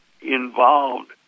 involved